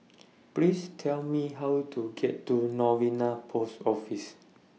Please Tell Me How to get to Novena Post Office